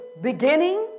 beginning